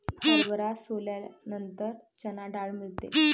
हरभरा सोलल्यानंतर चणा डाळ मिळते